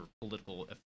political